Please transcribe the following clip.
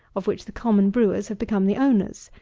of which the common brewers have become the owners,